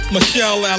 Michelle